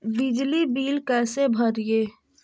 बिजली बिल कैसे भरिए?